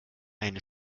eine